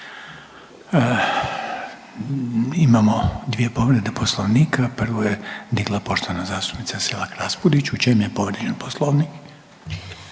Imamo dvije povrede poslovnika, prvu je digla poštovana zastupnica Selak Raspudić, u čem je povrijeđen poslovnik?